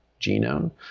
genome